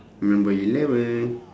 number eleven